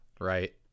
Right